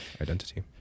identity